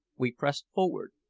we pressed forward,